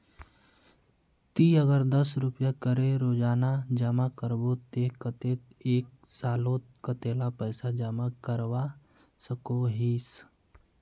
ती अगर दस रुपया करे रोजाना जमा करबो ते कतेक एक सालोत कतेला पैसा जमा करवा सकोहिस?